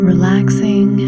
Relaxing